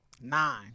Nine